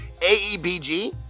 AEBG